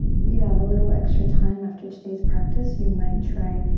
if you have a little extra time after today's practice, you might try